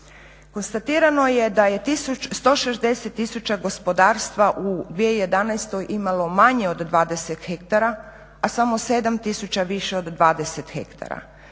Konstatirano je da je 160 tisuća gospodarstva u 2011.imalo manje od 20 hektara, a samo 7 tisuće više od 20 hektara.